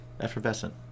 effervescent